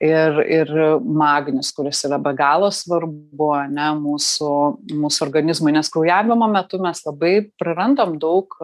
ir ir magnis kuris yra be galo svarbu ane mūsų mūsų organizmui nes kraujavimo metu mes labai prarandam daug